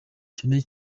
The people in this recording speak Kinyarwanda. cyane